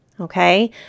Okay